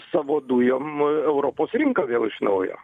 savo dujom europos rinką vėl iš naujo